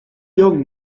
young